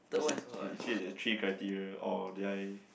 is it actually a three criteria or did I